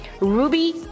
Ruby